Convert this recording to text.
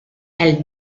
elle